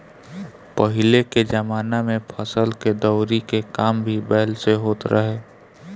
पहिले के जमाना में फसल के दवरी के काम भी बैल से होत रहे